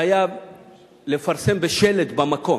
חייב לפרסם בשלט במקום.